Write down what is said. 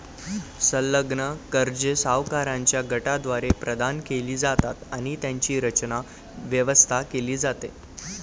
संलग्न कर्जे सावकारांच्या गटाद्वारे प्रदान केली जातात आणि त्यांची रचना, व्यवस्था केली जाते